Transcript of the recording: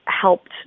helped